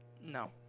No